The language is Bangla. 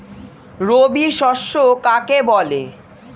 রবি শস্য কাকে বলে?